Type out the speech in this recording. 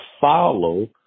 follow